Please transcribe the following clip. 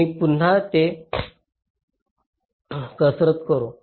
मी पुन्हा येथे कसरत करू